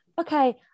Okay